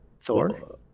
Thor